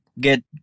get